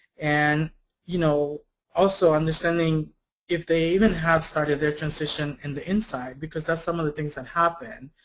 and you know also understanding if they even have started their transition in the inside, because that's some of the things that happen